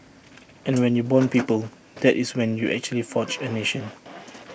and when you Bond people that is when you actually forge A nation